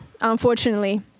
Unfortunately